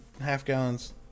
half-gallons